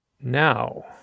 now